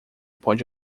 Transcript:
pode